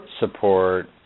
support